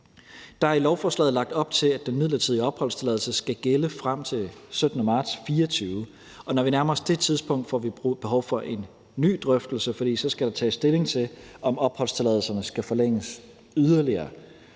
Der er i lovforslaget lagt op til, at den midlertidige opholdstilladelse skal gælde frem til den 17. marts 2024. Når vi nærmer os det tidspunkt, får vi behov for en ny drøftelse, for så skal der tages stilling til, om opholdstilladelserne skal forlænges yderligere.